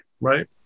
right